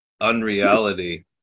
unreality